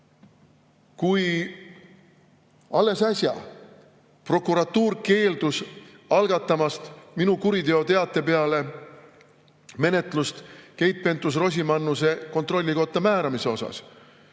alles äsja prokuratuur keeldus algatamast minu kuriteoteate peale menetlust Keit Pentus-Rosimannuse kontrollikotta määramisega